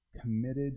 committed